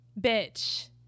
bitch